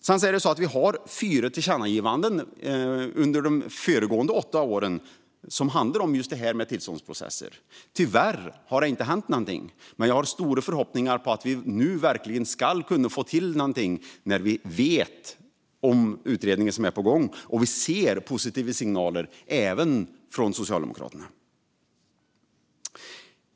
Vi har haft fyra tillkännagivanden under de föregående åtta åren som handlat om just tillståndsprocesser. Tyvärr har det inte hänt någonting, men jag har stora förhoppningar om att vi verkligen ska kunna få till något nu när vi vet att utredningen är på gång och vi ser positiva signaler även från Socialdemokraterna.